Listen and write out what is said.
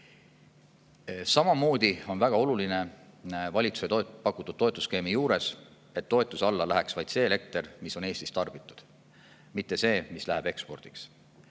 Samamoodi on väga oluline valitsuse pakutud toetusskeemi juures, et toetuse alla läheks vaid see elekter, mis on Eestis tarbitud, mitte see, mis läheb ekspordiks.